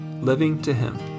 livingtohim